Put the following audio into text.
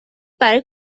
برای